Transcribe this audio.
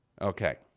Okay